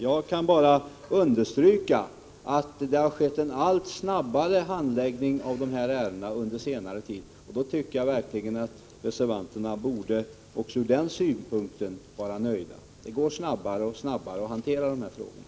Jag kan bara understryka att det har skett en allt snabbare handläggning av ärendena under senare tid, och jag tycker verkligen att reservanterna också ur den synpunkten borde vara nöjda. Det går snabbare och snabbare att hantera dessa frågor.